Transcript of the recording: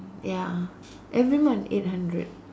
ya every month eight hundred